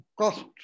cost